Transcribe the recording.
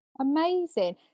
amazing